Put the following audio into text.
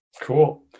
cool